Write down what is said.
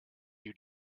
you